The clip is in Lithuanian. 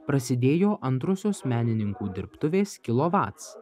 prasidėjo antrosios menininkų dirbtuvės kilovats